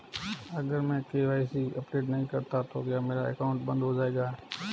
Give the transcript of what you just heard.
अगर मैं KYC update नहीं करता तो क्या मेरा अकाउंट बंद हो जाएगा?